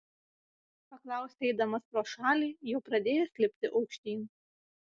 paklausė eidamas pro šalį jau pradėjęs lipti aukštyn